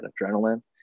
adrenaline